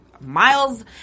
Miles